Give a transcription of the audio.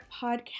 podcast